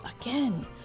again